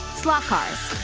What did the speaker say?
slot cars.